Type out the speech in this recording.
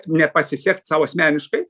nepasisekt sau asmeniškai